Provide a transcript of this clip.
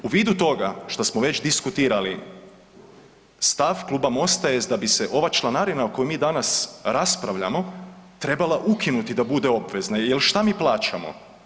U vidu toga što smo već diskutirali, stav Kluba Mosta jest da bi se ova članarina o kojoj mi danas raspravljamo, trebala ukinuti da bude obvezna, jer što mi plaćamo?